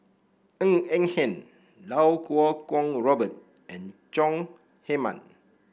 Ng Eng Hen Iau Kuo Kwong Robert and Chong Heman